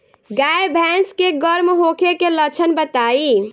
गाय भैंस के गर्म होखे के लक्षण बताई?